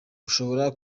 ushobora